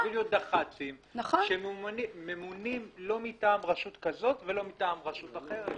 תביאו דח"צים שהם ממונים לא מטעם רשות כזאת ולא מטעם רשות אחרת.